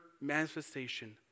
manifestation